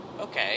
okay